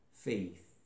faith